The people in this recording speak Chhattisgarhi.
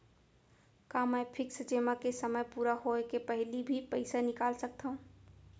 का मैं फिक्स जेमा के समय पूरा होय के पहिली भी पइसा निकाल सकथव?